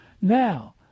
Now